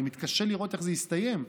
אני מתקשה לראות איך זה יסתיים,